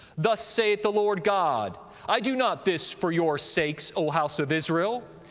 thus saith the lord god i do not this for your sakes, o house of israel,